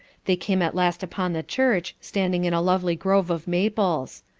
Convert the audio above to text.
they came at last upon the church, standing in a lovely grove of maples.